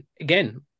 again